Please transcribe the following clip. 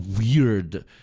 weird